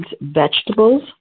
vegetables